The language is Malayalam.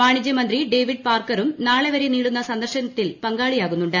വാണിജ്യമന്ത്രി ഡേവിഡ് പാർക്കറും നാളെ വരെ നീളുന്ന സന്ദർശനത്തിൽ പങ്കാളിയാകുന്നുണ്ട്